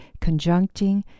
conjuncting